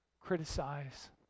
criticize